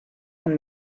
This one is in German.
von